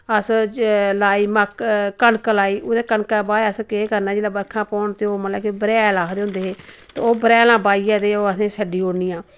अस लाई मक्क कनक लाई उदे कनका बाद असें केह् करना जोल्लै बर्खां पौन ते मतला कि बरेहाल आखदे होंदे ते ओह् बरेहालां बाहियै ते अहें ओह् छड्डी ओड़नियां